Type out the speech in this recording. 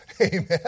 Amen